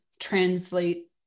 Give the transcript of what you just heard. translate